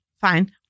Fine